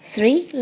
Three